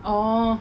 orh